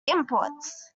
inputs